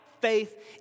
faith